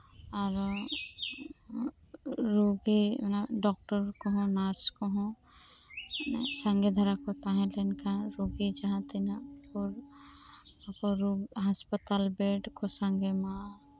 ᱟᱨᱳ ᱨᱳᱜᱤ ᱚᱱᱟ ᱰᱚᱠᱴᱚᱨ ᱠᱚᱦᱚᱸ ᱱᱟᱥ ᱠᱚᱦᱚᱸ ᱥᱟᱸᱜᱮ ᱫᱷᱟᱨᱟᱠᱩ ᱛᱟᱦᱮᱸ ᱞᱮᱱᱠᱷᱟᱱ ᱨᱳᱜᱤ ᱡᱟᱦᱟᱸᱛᱤᱱᱟᱹᱜ ᱠᱩ ᱦᱟᱸᱥᱯᱟᱛᱟᱞ ᱵᱮᱰᱠᱩ ᱥᱟᱸᱜᱮᱭ ᱢᱟ